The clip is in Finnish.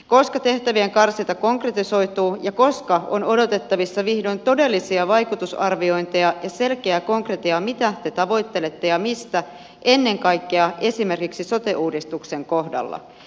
koska tehtävien karsinta konkretisoituu ja koska on odotettavissa vihdoin todellisia vaikutusarviointeja ja selkeää konkretiaa siihen mitä te tavoittelette ja mistä ennen kaikkea esimerkiksi sote uudistuksen kohdalla